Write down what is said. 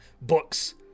books